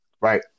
Right